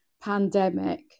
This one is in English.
pandemic